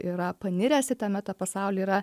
yra paniręs į tą meta pasaulį yra